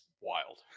wild